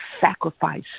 sacrifice